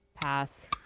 Pass